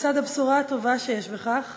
לצד הבשורה הטובה שיש בכך